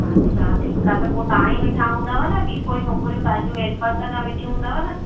अच्छा ठीकु आहे त पोइ तां ई वेठा हूंदव ॿी कोई छोकिरियूं तव्हां जूं हैल्पर त न वेठी हूंदव न